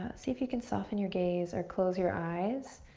see if you can soften your gaze or close your eyes.